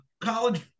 college